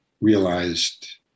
realized